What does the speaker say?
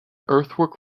earthwork